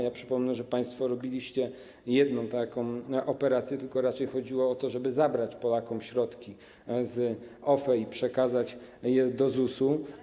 Ja przypomnę, że państwo robiliście jedną taką operację, tylko raczej chodziło o to, żeby zabrać Polakom środki z OFE i przekazać je do ZUS-u.